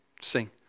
sing